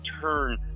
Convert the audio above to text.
turn